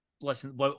Listen